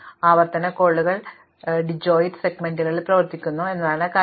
അതിനാൽ ആവർത്തന കോളുകൾ ഡിജോയിറ്റ് സെഗ്മെന്റുകളിൽ പ്രവർത്തിക്കുന്നു എന്നതാണ് കാര്യം